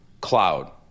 cloud